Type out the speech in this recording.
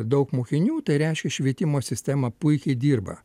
daug mokinių tai reiškia švietimo sistema puikiai dirba